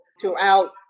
throughout